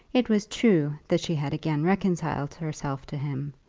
it was true that she had again reconciled herself to him,